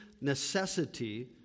necessity